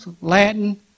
Latin